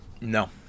No